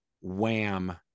Wham